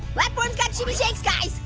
platforms got shaky shakes, guys